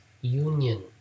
union